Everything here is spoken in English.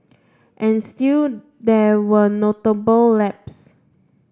and still there were notable lapses